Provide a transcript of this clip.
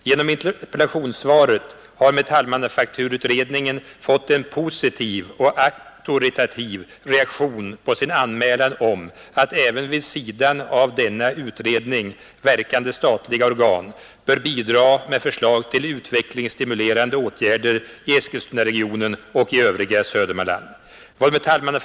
Genom interpellationssvaret har metallmanufakturutredningen fått en positiv och auktoritativ reaktion på sin anmälan om att även vid sidan av denna utredning verkande statliga organ bör bidraga med förslag till utvecklingsstimulerande åtgärder i Eskilstunaregionen och i övriga Söder att förbättra det näringspolitiska läget i Södermanland manland.